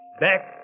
back